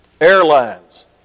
Airlines